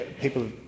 people